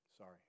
Sorry